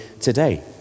today